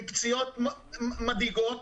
עם פציעות מדאיגות.